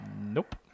Nope